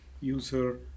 user